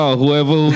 whoever